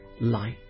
light